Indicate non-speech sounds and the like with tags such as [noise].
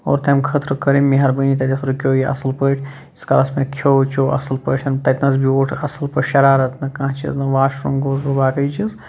اور تَمہِ خٲطرٕ کٔر أمۍ مہربٲنی تَتٮ۪تھ رُکیو یہِ اَصٕل پٲٹھۍ ییٖتِس کالَس مےٚ کھیو چیو اَصٕل پٲٹھۍ تَتِنَس بیوٗٹھ سُہ اَصٕل پٲٹھۍ شرارت نہٕ کانٛہہ چیٖز نہٕ واشروٗم گووُس بہٕ [unintelligible] یہِ چیٖز